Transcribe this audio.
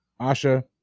Asha